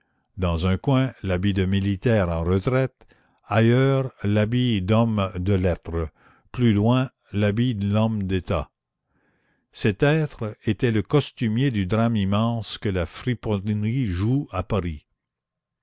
dans un coin l'habit de militaire en retraite ailleurs l'habit d'homme de lettres plus loin l'habit d'homme d'état cet être était le costumier du drame immense que la friponnerie joue à paris